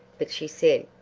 but she said,